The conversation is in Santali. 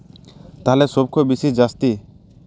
ᱛᱟᱦᱞᱮ ᱥᱚᱵ ᱠᱷᱚᱱ ᱵᱮᱥᱤ ᱡᱟᱹᱥᱛᱤ